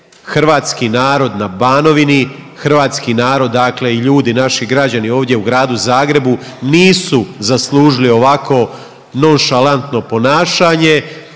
Hrvatski narod na Banovini, hrvatski narod dakle i ljudi naši građani ovdje u Gradu Zagrebu nisu zaslužili ovako nonšalantno ponašanje